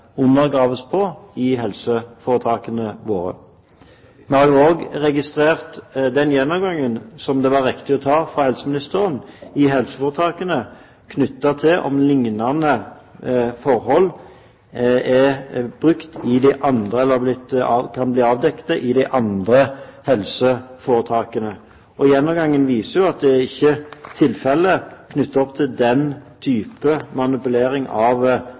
undergraves på i helseforetakene våre. Vi har òg registrert den gjennomgangen som det var riktig av helseministeren å foreta i helseforetakene knyttet til om liknende forhold kan bli avdekt i de andre helseforetakene. Gjennomgangen viser at det ikke er tilfellet, knyttet opp til den type manipulering av